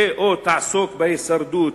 ו/או תעסוק בהישרדות,